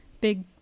big